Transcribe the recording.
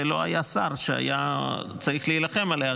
ולא היה שר שהיה צריך להילחם עליה,